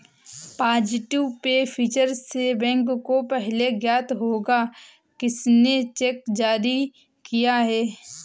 positive pay feature से bank को पहले ज्ञात होगा किसने चेक जारी किया है